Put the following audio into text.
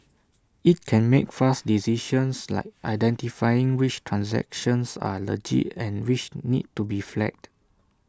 IT can make fast decisions like identifying which transactions are legit and which need to be flagged